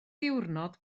ddiwrnod